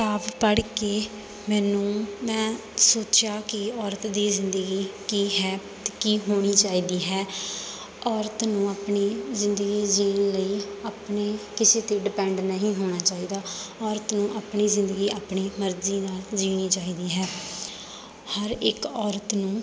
ਕਿਤਾਬ ਪੜ੍ਹ ਕੇ ਮੈਨੂੰ ਮੈਂ ਸੋਚਿਆ ਕਿ ਔਰਤ ਦੀ ਜ਼ਿੰਦਗੀ ਕੀ ਹੈ ਕੀ ਹੋਣੀ ਚਾਹੀਦੀ ਹੈ ਔਰਤ ਨੂੰ ਆਪਣੀ ਜ਼ਿੰਦਗੀ ਜੀਣ ਲਈ ਆਪਣੇ ਕਿਸੇ 'ਤੇ ਡਿਪੈਂਡ ਨਹੀਂ ਹੋਣਾ ਚਾਹੀਦਾ ਔਰਤ ਨੂੰ ਆਪਣੀ ਜ਼ਿੰਦਗੀ ਆਪਣੀ ਮਰਜ਼ੀ ਨਾਲ ਜੀਣੀ ਚਾਹੀਦੀ ਹੈ ਹਰ ਇੱਕ ਔਰਤ ਨੂੰ